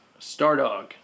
Stardog